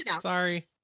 sorry